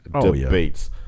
debates